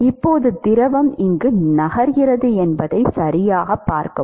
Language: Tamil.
இப்போது திரவம் இங்கு நகர்கிறது என்பதை சரியாகப் பார்க்கவும்